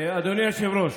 אדוני היושב-ראש,